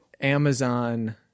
Amazon